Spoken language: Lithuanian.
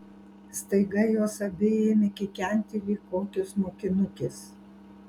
staiga jos abi ėmė kikenti lyg kokios mokinukės